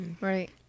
Right